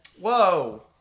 Whoa